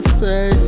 say